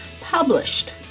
published